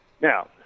Now